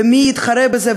ומי יתחרה בזה,